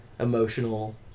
emotional